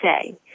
say